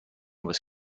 was